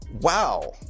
wow